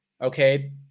Okay